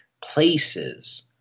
places